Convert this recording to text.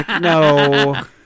no